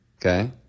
okay